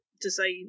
design